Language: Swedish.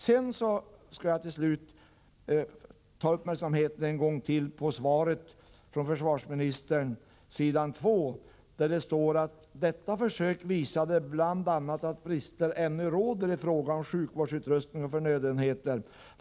Jag vill avslutningsvis än en gång rikta uppmärksamheten på svaret från försvarsministern, där det bl.a. heter: ”Detta försök visade bl.a. att brister ännu råder i fråga om sjukvårdsutrustning och förnödenheter för de civila sjukhusen.